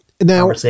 Now